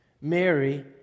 Mary